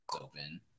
open